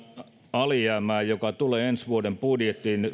alijäämää joka tulee ensi vuoden budjettiin